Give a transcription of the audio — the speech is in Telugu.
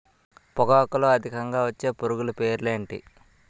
పొగాకులో అధికంగా వచ్చే పురుగుల పేర్లు ఏంటి